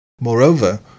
Moreover